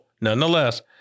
nonetheless